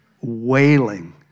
wailing